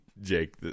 Jake